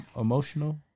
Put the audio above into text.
Emotional